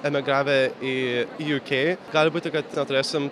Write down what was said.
emigravę į ju kei gali būti kad neturėsim